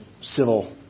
civil